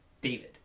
David